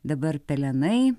dabar pelenai